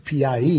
PIE